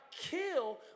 kill